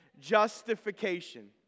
Justification